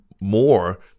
more